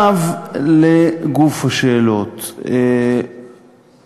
גברתי, אני